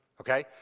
Okay